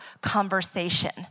conversation